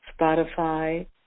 Spotify